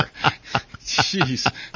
Jeez